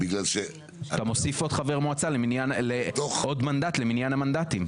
אתה מוסיף עוד חבר מועצה לעוד מנדט למניין המנדטים,